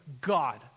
God